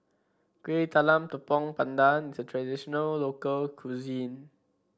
Kuih Talam Tepong Pandan is a traditional local cuisine